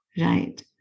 Right